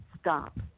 stop